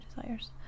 desires